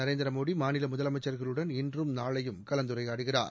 நரேந்திரமோடி மாநில முதலமைச்சா்களுடன் இன்றும் நாளையும் கலந்துரையாடுகிறார்